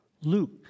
Luke